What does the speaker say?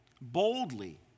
boldly